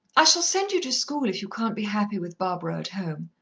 i shall send you to school, if you can't be happy with barbara at home.